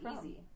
easy